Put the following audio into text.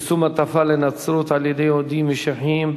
פרסום הטפה לנצרות על-ידי יהודים משיחיים,